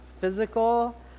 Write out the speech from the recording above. physical